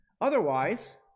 Otherwise